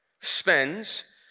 spends